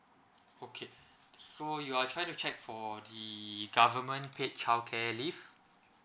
okay so you are trying to check for the government paid childcare leave